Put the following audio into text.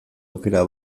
aukera